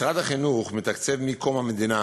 משרד החינוך מתקצב מקום המדינה